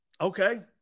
Okay